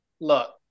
look